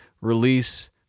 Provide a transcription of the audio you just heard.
release